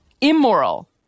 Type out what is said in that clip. immoral